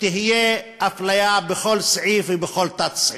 שתהיה אפליה בכל סעיף ובכל תת-סעיף.